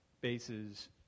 bases